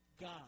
God